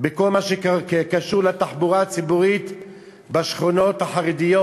בכל מה שקשור לתחבורה הציבורית בשכונות החרדיות.